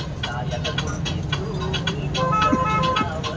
ಬೇಜ ಸ್ಟೋರ್ ಮಾಡಾಕ್ ಏನೇನ್ ಕಂಡಿಷನ್ ಅದಾವ?